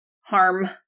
harm